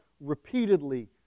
repeatedly